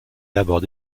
aborde